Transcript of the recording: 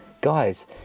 guys